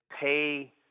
pay